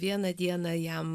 vieną dieną jam